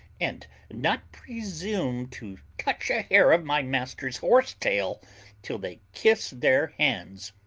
and not presume to touch a hair of my master's horse-tail till they kiss their hands.